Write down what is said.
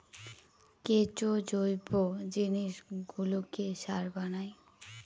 কেঁচো জৈব জিনিসগুলোকে সার বানায়